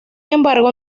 embargo